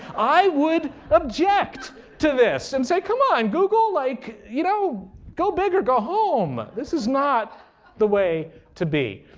i would object to this and say, come on google. like you know go big or go home. this is not the way to be.